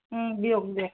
দিয়ক দিয়ক